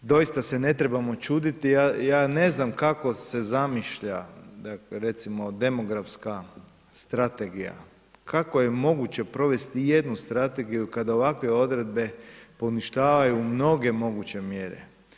Doista se ne trebamo čuditi, ja ne znam kako se zamišlja recimo demografska strategija, kako je moguće provesti i jednu strategiju kad ovakve odredbe poništavaju mnoge moguće mjere.